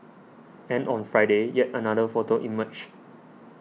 and on Friday yet another photo emerged